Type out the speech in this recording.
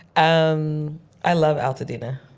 um i love altadena.